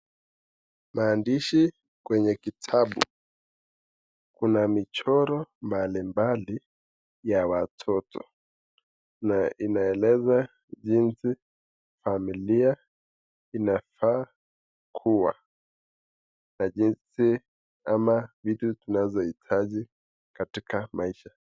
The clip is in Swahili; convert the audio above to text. Maandishi kwenye kitabu, kuna michoro mbalimbali ya watoto na inaeleza jinsi familia inafaa kuwa na jinsi ama vitu tunazohitaji katika maisha.